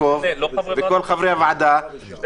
כבר נמצא במעצר של חמישה ימים והובא לפני שופט,